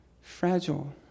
fragile